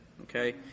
okay